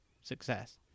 success